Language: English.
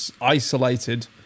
isolated